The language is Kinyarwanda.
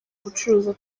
gucuruza